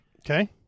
Okay